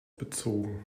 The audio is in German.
bezogen